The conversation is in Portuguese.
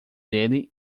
dele